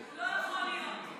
הוא לא יכול להיות.